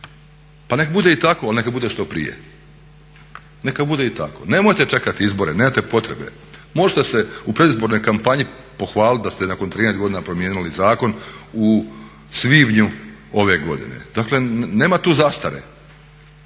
Pa nek' bude i tako, ali neka bude što prije, neka bude i tako. Nemojte čekati izbore, nemate potrebe. Možete se u predizbornoj kampanji pohvaliti da ste nakon 13 godina promijenili zakon u svibnju ove godine. Dakle, nema tu zastare.